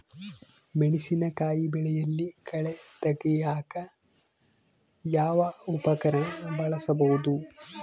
ಮೆಣಸಿನಕಾಯಿ ಬೆಳೆಯಲ್ಲಿ ಕಳೆ ತೆಗಿಯಾಕ ಯಾವ ಉಪಕರಣ ಬಳಸಬಹುದು?